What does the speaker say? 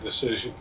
decision